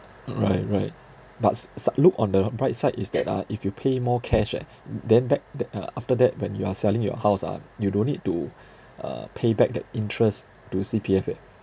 mm right right but si~ side look on the bright side is that ah if you pay more cash eh then back that uh after that when you are selling your house ah you don't need to uh pay back that interest to C_P_F eh